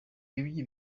bibye